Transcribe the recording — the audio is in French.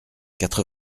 quatre